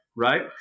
Right